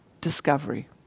discovery